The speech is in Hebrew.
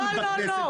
לא.